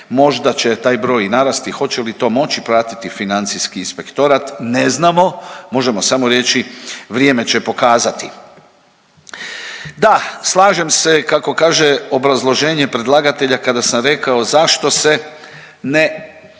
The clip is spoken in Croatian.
možda će taj broj i narasti, hoće li to moći pratiti financijski inspektorat? Ne znamo, možemo samo reći vrijeme će pokazati. Da, slažem se kako kaže obrazloženje predlagatelja kada sam rekao zašto se ne